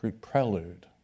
prelude